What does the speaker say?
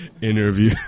interview